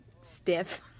stiff